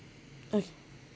okay